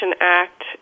Act